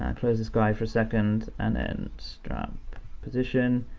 um close this guy for a second and and drop position,